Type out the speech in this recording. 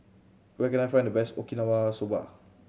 where can I find the best Okinawa Soba